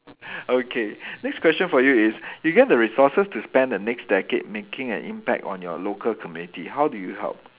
okay next question for you is you get the resources to spend the next decade making an impact on your local community how do you help